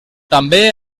també